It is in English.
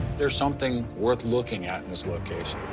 there something worth looking at in this location?